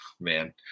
man